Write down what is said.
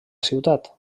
ciutat